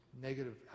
negative